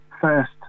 first